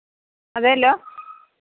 അതേലോ